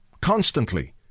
Constantly